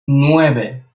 nueve